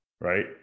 right